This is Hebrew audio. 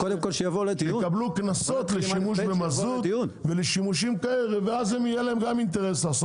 יקבלו קנסות לשימוש במזוט ולשימושים כאלה ואז יהיה להם גם אינטרס.